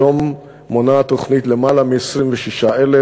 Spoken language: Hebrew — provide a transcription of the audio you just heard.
היום מונה התוכנית למעלה מ-26,000,